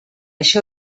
això